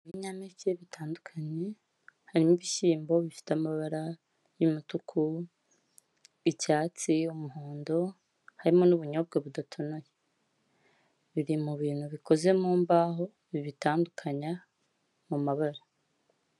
Ibinyampeke bitandukanye harimo ibishyimbo bifite amabara y'umutuku, icyatsi, umuhondo harimo n'ubunyobwa budatonoye, biri mu bintu bikoze mu mbaho bibitandukanya mu mabara.